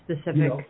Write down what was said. specific